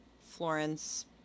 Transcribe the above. Florence